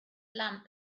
lamp